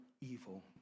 evil